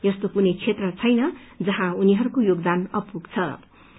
यस्तो कुनै क्षेत्र छैन जहाँ उनीहरूको योगदान पुगेको छैन